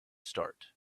start